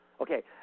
okay